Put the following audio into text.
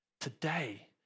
Today